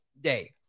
day